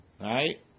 right